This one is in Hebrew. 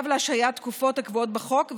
וצו להשהיית תקופות הקבועות בחוק,